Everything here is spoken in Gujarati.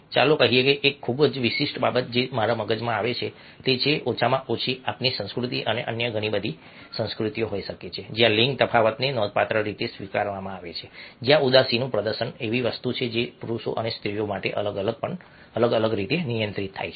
ચાલો કહીએ કે એક ખૂબ જ વિશિષ્ટ બાબત જે મારા મગજમાં આવે છે તે એ છે કે ઓછામાં ઓછી આપણી સંસ્કૃતિમાં અને અન્ય ઘણી સંસ્કૃતિઓ હોઈ શકે છે જ્યાં લિંગ તફાવતને નોંધપાત્ર રીતે સ્વીકારવામાં આવે છે જ્યાં ઉદાસીનું પ્રદર્શન એવી વસ્તુ છે જે પુરુષો અને સ્ત્રીઓ માટે અલગ અલગ રીતે નિયંત્રિત થાય છે